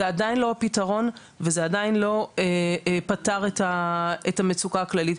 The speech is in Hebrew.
זה עדיין לא הפתרון וזה עדיין לא פתר את המצוקה הכללית.